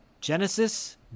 Genesis